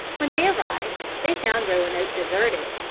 when they arrived, they found roanoke deserted.